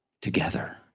Together